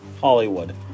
Hollywood